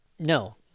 No